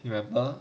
you remember